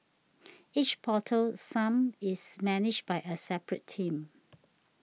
each portal sump is managed by a separate team